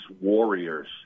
warriors